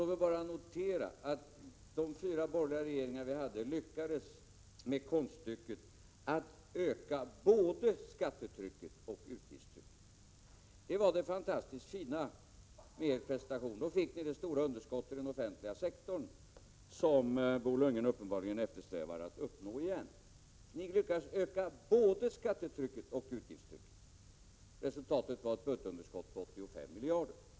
Låt mig bara notera att de fyra borgerliga regeringar vi hade lyckades med konststycket att öka både skattetrycket och utgiftstrycket. Det var det fantastiskt fina med er prestation. Då fick ni det stora underskottet inom den offentliga sektorn, som Bo Lundgren uppenbarligen eftersträvar att uppnå igen. Ni lyckades öka både skattetrycket och utgiftstrycket. Resultatet blev ett budgetunderskott på 85 miljarder.